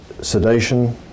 sedation